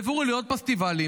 העבירו לעוד פסטיבלים,